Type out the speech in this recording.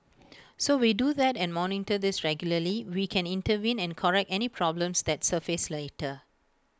so we do that and monitor this regularly we can intervene and correct any problems that surface later